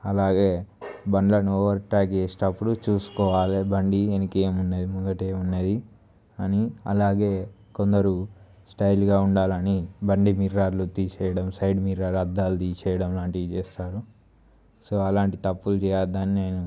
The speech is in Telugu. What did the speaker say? అలాగే బండ్లను ఓవర్ టేక్ చేసేటప్పుడు చూసుకోవాలి బండి వెనక ఏమున్నది ముంగట ఏమున్నది అని అలాగే కొందరు స్టైల్గా ఉండాలని బండి మిర్రర్లు తీసేయడం సైడ్ మీరు అద్దాలు తీసేయడం అలాంటివి చేస్తారు సో అలాంటి తప్పులు చేయవద్దని నేను